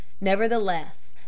Nevertheless